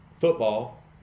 football